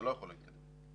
אתה לא יכול להגיד את זה.